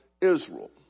Israel